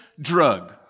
drug